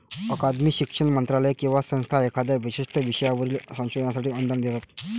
अकादमी, शिक्षण मंत्रालय किंवा संस्था एखाद्या विशिष्ट विषयावरील संशोधनासाठी अनुदान देतात